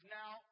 now